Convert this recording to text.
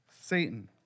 Satan